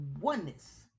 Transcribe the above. oneness